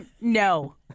No